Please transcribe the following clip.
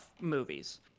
movies